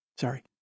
sorry